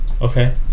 Okay